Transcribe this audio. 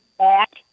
act